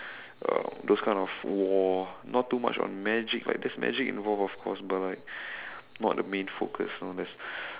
uh those kind of war not too much on magic like there is magic involved of course but like not the main focus you know there's